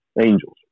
Angels